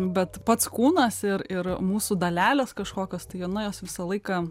bet pats kūnas ir ir mūsų dalelės kažkokios tai na jos visą laiką